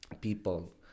people